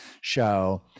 show